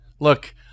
Look